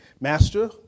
Master